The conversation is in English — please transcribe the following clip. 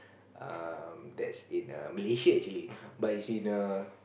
err that's in err Malaysia actually but it's in a